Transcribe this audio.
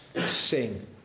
sing